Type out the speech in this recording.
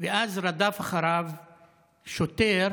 ואז רדף אחריו שוטר,